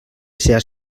seas